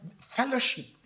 fellowship